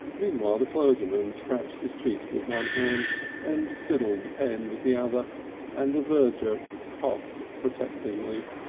meanwhile the clergyman scratched his cheek with one hand and fiddled the pen with the other and the verger coughed protestingly.